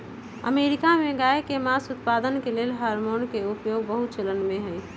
America में गायके मास उत्पादन के लेल हार्मोन के उपयोग बहुत चलनमें हइ